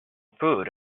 food